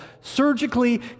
surgically